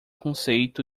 conceito